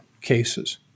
cases